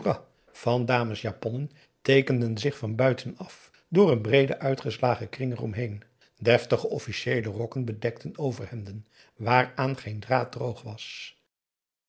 van damesjaponnen teekenden zich van buiten af door een breeden uitgeslagen kring er om heen deftige officieele rokken bedekten overhemden waaraan geen draad droog was